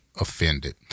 offended